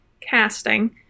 casting